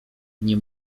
nie